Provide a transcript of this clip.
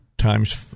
time's